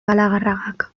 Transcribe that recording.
galarragak